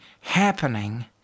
happening